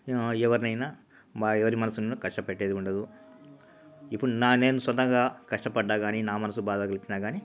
ఎవరినయినా బా ఎవరి మనసును కష్టపెట్టేది ఉండదు ఇపుడు నా నేను సొంతంగా కష్టపడ్డా గాకానీ ని నా మనసు బాధకలిగిచ్చినా కానీ